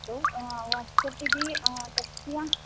अस्तु वाट्सप् इति तस्य